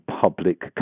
public